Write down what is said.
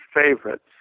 favorites